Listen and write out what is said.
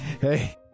hey